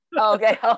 okay